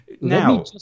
Now